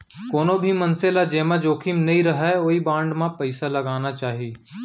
कोनो भी मनसे ल जेमा जोखिम नइ रहय ओइ बांड म पइसा लगाना चाही